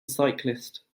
cyclist